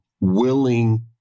willing